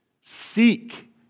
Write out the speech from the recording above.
Seek